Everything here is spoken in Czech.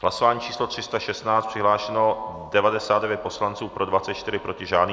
V hlasování pořadové číslo 316 přihlášeno 99 poslanců, pro 24, proti žádný.